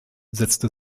setzte